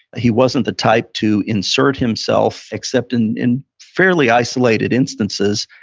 he wasn't the type to insert himself except in in fairly isolated instances.